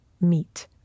meet